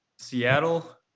Seattle